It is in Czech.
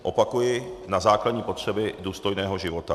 Opakuji na základní potřeby důstojného života.